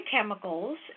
chemicals